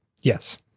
yes